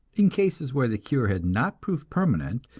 in cases where the cure had not proved permanent,